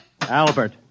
Albert